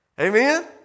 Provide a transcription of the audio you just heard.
Amen